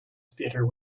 theater